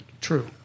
true